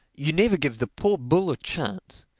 you never give the poor bull a chance.